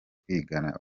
kwigana